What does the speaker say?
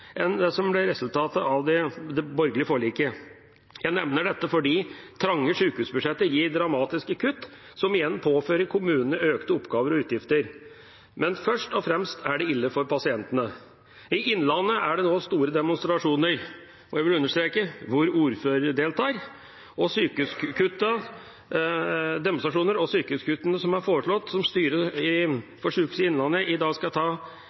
enn det som ble resultatet av det borgerlige forliket. Jeg nevner dette fordi trange sykehusbudsjett gir dramatiske kutt som igjen påfører kommunene økte oppgaver og utgifter. Men først og fremst er det ille for pasientene. I Innlandet er det nå store demonstrasjoner – hvor ordførere deltar, vil jeg understreke – og sykehuskuttene som er foreslått, som styret for Sykehuset Innlandet i dag skal ta